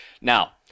Now